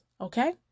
okay